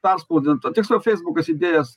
perspausdinta tiksliau feisbukas įdėjęs